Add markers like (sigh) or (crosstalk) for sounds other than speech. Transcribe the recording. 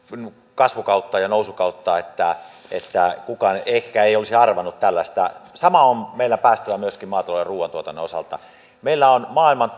kasvukautta ja nousukautta että että kukaan ehkä ei olisi arvannut tällaista samaan on meillä päästävä myöskin maatalouden ja ruoantuotannon osalta meillä on maailman (unintelligible)